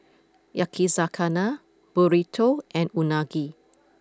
Yakizakana Burrito and Unagi